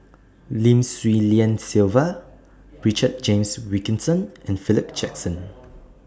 Lim Swee Lian Sylvia Richard James Wilkinson and Philip Jackson